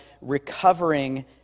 recovering